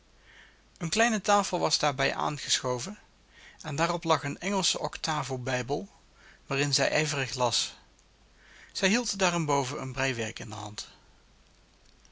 eene kleine tafel was daarbij aangeschoven en daarop lag een engelsche octavo bijbel waarin zij ijverig las zij hield daarenboven een breiwerk in de hand